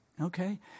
okay